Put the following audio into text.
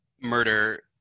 Murder